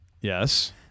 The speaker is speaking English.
Yes